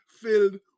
filled